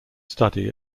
study